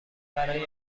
برای